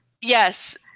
Yes